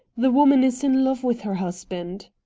the woman is in love with her husband.